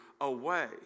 away